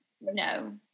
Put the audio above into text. No